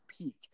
peak